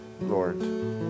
Lord